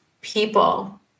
people